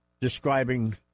describing